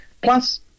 Plus